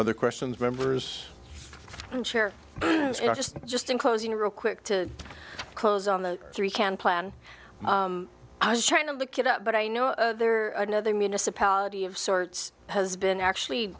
other questions members can share just just in closing real quick to close on the three can plan i was trying to look it up but i know other another municipality of sorts has been actually